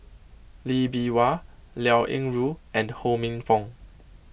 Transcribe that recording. Lee Bee Wah Liao Yingru and Ho Minfong